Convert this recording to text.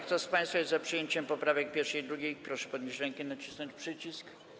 Kto z państwa jest za przyjęciem poprawek 1. i 2., proszę podnieść rękę i nacisnąć przycisk.